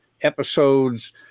episodes